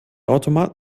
automat